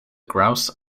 grouse